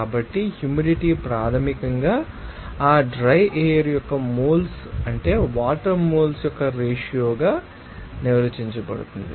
కాబట్టి హ్యూమిడిటీ ప్రాథమికంగా ఆ డ్రై ఎయిర్ యొక్క మోల్స్ అంటే వాటర్ మోల్స్ యొక్క రేషియో గా నిర్వచించబడుతుంది